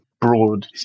broad